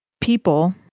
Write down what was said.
people